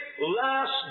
last